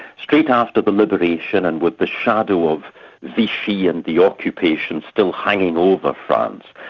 straight after the liberation and with the shadow of vichy and the occupation still hanging over france.